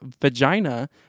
vagina